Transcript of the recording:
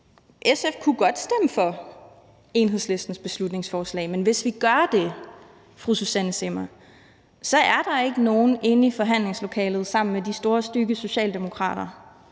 SF kunne godt stemme for Enhedslistens beslutningsforslag, men hvis vi gør det, vil jeg sige til fru Susanne Zimmer, så er der ikke nogen inde i forhandlingslokalet sammen med de store, stygge socialdemokrater